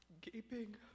gaping